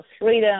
freedom